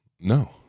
No